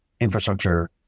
infrastructure